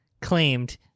claimed